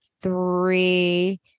three